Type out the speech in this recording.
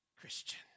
Christian